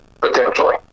Potentially